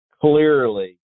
clearly